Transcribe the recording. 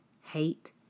hate